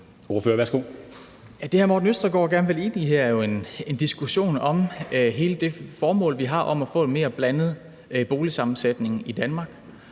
her, er jo en diskussion om hele det formål, vi har, med at få en mere blandet boligsammensætning i Danmark